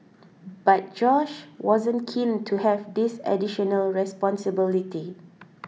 but Josh wasn't keen to have this additional responsibility